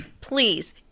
please